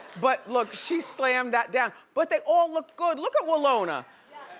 but look, she slammed that down. but they all looked good. look at willona.